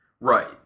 Right